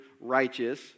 righteous